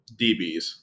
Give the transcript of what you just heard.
DBs